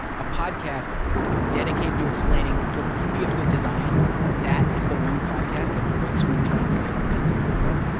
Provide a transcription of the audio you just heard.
a podcast dedicated to explaining the beauty of good design that is the one podcast that breaks when you try to and play it on ben's mazda?